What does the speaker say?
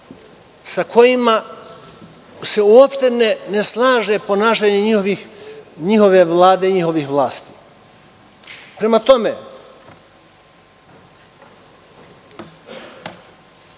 sa kojima se uopšte ne slaže ponašanje njihove vlade i njihove vlasti. Prema tome,